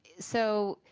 so